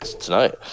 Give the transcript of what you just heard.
Tonight